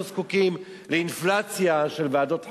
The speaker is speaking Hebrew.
לא זקוקים לאינפלציה של ועדות חקירה.